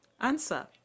Answer